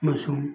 ꯑꯃꯁꯨꯡ